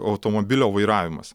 automobilio vairavimas